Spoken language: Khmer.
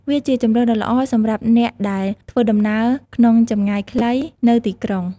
វាជាជម្រើសដ៏ល្អសម្រាប់អ្នកដែលធ្វើដំណើរក្នុងចម្ងាយខ្លីនៅទីក្រុង។